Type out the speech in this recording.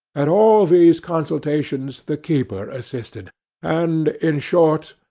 at all these consultations the keeper assisted and, in short,